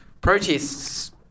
protests